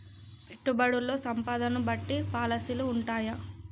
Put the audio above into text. పెట్టుబడుల్లో సంపదను బట్టి పాలసీలు ఉంటయా?